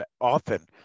often